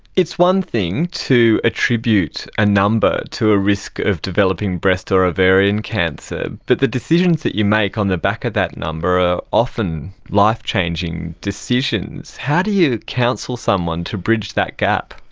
it's one thing to attribute a number to a risk of developing breast or ovarian cancer, but the decisions that you make on the back of that number are often life-changing decisions. how do you counsel someone to bridge that gap?